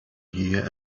here